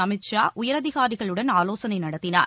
அமித் ஷா உயரதிகாரிகளுடன் ஆலோசனை நடத்தினார்